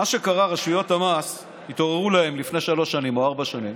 מה שקרה הוא שרשויות המס התעוררו להן לפני שלוש שנים או ארבע שנים,